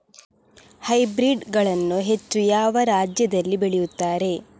Hybrid ಗಳನ್ನು ಹೆಚ್ಚು ಯಾವ ರಾಜ್ಯದಲ್ಲಿ ಬೆಳೆಯುತ್ತಾರೆ?